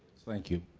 thank you.